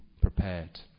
prepared